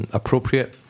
appropriate